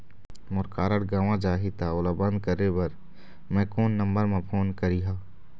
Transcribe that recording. मोर card गंवा जाही त ओला बंद करें बर मैं कोन नंबर म फोन करिह?